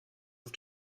auf